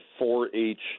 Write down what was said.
4-H